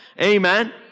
amen